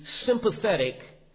sympathetic